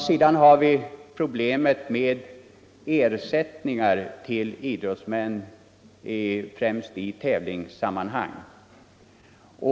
Sedan har vi problemet med ersättningar till idrottsmännen, främst i tävlingssammanhang.